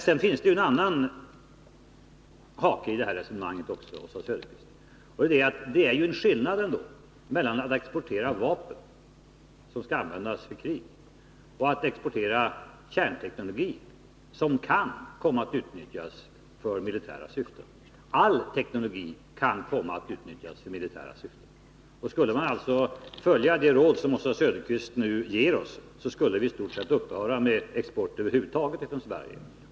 Sedan finns det också en annan hake i det här resonemanget, Oswald Söderqvist, och det är att det ju ändå är en skillnad mellan att exportera vapen, som skall användas för krig, och att exportera kärnteknologi, som kan komma att utnyttjas för militära syften. All teknologi kan komma att utnyttjas för militära syften. Skulle vi alltså följa det råd som Oswald Söderqvist nu ger oss skulle vi i stort sett upphöra med export över huvud taget från Sverige!